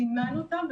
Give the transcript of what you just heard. סימנו אותם,